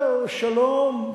ואלינו אתה בא ואתה מספר שלום.